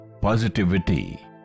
positivity